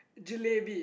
jalebi